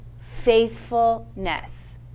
faithfulness